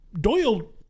Doyle